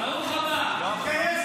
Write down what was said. ברוך הבא.